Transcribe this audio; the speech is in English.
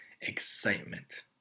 excitement